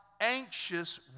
anxious